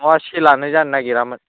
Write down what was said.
नङा सेलानो जानो नागिरामोन